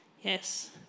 Yes